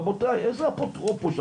רבותיי איזה אפוטרופוס,